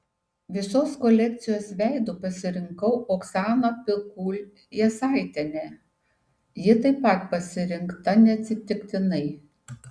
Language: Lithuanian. visos kolekcijos veidu pasirinkau oksaną pikul jasaitienę ji taip pat pasirinkta neatsitiktinai